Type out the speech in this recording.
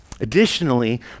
Additionally